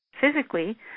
physically